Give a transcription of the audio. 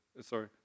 sorry